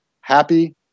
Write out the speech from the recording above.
happy